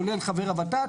כולל חבר ות"ת,